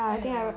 !aiyo!